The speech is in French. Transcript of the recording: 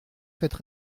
faites